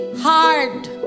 hard